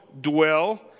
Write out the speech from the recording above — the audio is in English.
dwell